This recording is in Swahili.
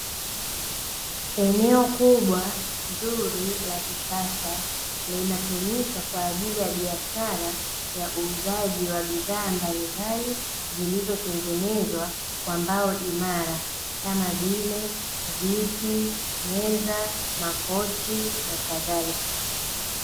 Eneo kubwa zuri la kisasa linatumika kwa ajili ya biashara ya uuzaji wa bidhaa mbalimbali zilizotengenezwa kwa mbao imara kam vile; viti, meza, makochi na kadhalika.